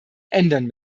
ändern